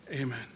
Amen